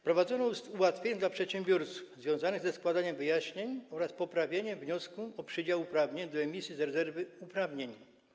Wprowadzono ułatwienia dla przedsiębiorców związane ze składaniem wyjaśnień oraz poprawianiem wniosku o przydział uprawnień do emisji z rezerwy uprawnień.